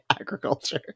Agriculture